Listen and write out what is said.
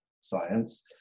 science